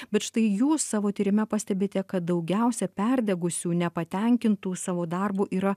bet štai jūs savo tyrime pastebite kad daugiausia perdegusių nepatenkintų savo darbu yra